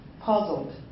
puzzled